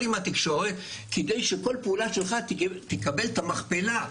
איתה כדי שכל פעולה שלך תקבל את המכפלה.